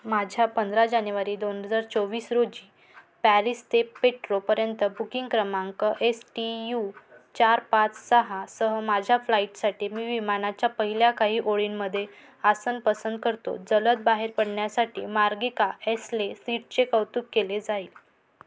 माझ्या पंधरा जानेवारी दोन हजार चोवीस रोजी पॅरिस ते पेट्रोपर्यंत बुकिंग क्रमांक एस टी यू चार पाच सहा सह माझ्या फ्लाईटसाठी मी विमानाच्या पहिल्या काही ओळींमध्ये आसन पसंत करतो जलद बाहेर पडण्यासाठी मार्गिका एसले सीटचे कौतुक केले जाईल